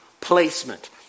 placement